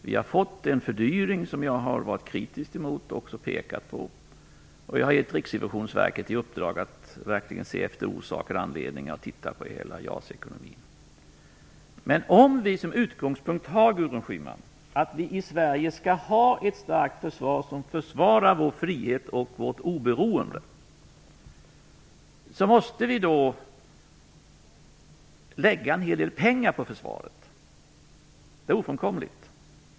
Vi har fått en fördyring, som jag har varit kritisk emot och även har pekat på, och jag har givit Riksrevionsverket i uppdrag att verkligen gå igenom orsaker och anledningar och att se på hela Men om vi som utgångspunkt har, Gudrun Schyman, att vi i Sverige skall ha ett starkt försvar för vår frihet och vårt oberoende, måste vi lägga ned en hel del pengar på försvaret. Det är ofrånkomligt.